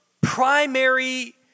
primary